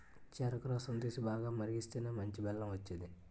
చెరుకు రసం తీసి, బాగా మరిగిస్తేనే మంచి బెల్లం వచ్చేది